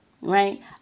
Right